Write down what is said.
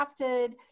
crafted